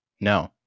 No